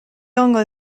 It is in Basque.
egongo